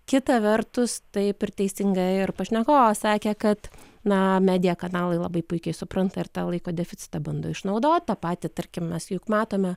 kita vertus taip ir teisinga ir pašnekovas sakė kad na media kanalai labai puikiai supranta ir tą laiko deficitą bando išnaudot tą patį tarkim mes juk matome